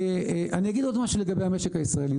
אני אגיד עוד משהו לגבי המשק הישראלי.